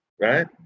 right